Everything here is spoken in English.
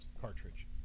cartridge